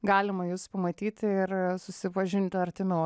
galima jus pamatyti ir susipažinti artimiau